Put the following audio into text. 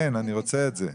כן, אני רוצה את זה.